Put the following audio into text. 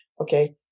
okay